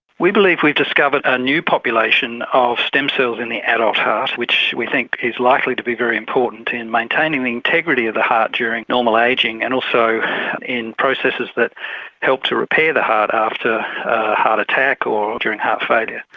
we believe we've discovered a new population of stem cells in the adult heart which we think is likely to be very important in maintaining the integrity of the heart during normal ageing and also in processes that help to repair the heart after a heart attack or during heart failure.